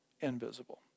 invisible